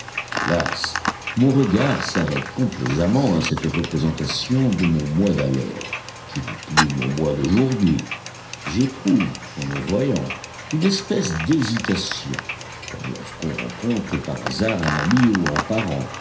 hélas mon regard s'arrête complaisamment à cette représentation de mon moi d'alors qui n'est plus mon moi d'aujourd'hui j'éprouve en me voyant une espèce d'hésitation comme lorsqu'on rencontre par hasard un ami ou un parent